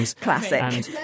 Classic